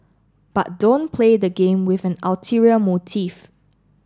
but don't play the game with an ulterior motive